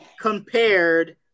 compared